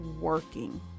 working